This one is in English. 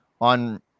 on